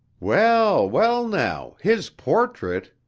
well, well, now his portrait!